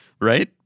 Right